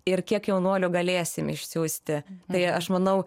ir kiek jaunuolių galėsim išsiųsti tai aš manau